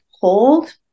hold